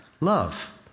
love